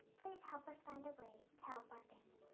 please help us find a way to help our